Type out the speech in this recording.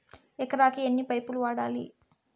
ఎకరాకి ఎన్ని పైపులు వాడాలి?